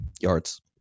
yards